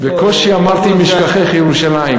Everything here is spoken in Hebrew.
בקושי אמרתי "אם אשכחך ירושלים".